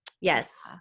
Yes